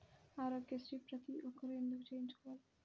ఆరోగ్యశ్రీ ప్రతి ఒక్కరూ ఎందుకు చేయించుకోవాలి?